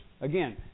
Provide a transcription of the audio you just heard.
Again